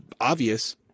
obvious